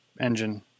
engine